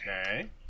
Okay